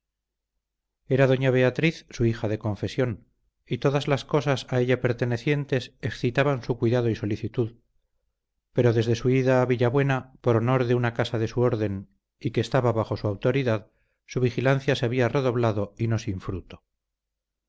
era doña beatriz su hija de confesión y todas las cosas a ella pertenecientes excitaban su cuidado y solicitud pero desde su ida a villabuena por honor de una casa de su orden y que estaba bajo su autoridad su vigilancia se había redoblado y no sin fruto